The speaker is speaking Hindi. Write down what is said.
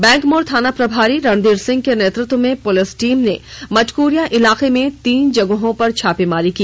बैंक मोड़ थाना प्रभारी रणधीर सिंह के नेतृत्व में पुलिस टीम ने मटक्रिया इलाके में तीन जगहों पर छापेमारी की